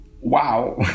wow